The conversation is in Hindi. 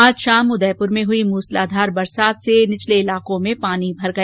आज शाम उदयपुर में हुई मूसलाधार बरसात से निचले इलाकों में पानी भर गया